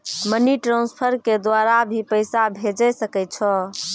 Money transfer के द्वारा भी पैसा भेजै सकै छौ?